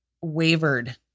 wavered